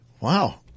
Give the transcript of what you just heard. Wow